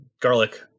garlic